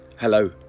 Hello